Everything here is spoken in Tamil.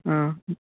ஆ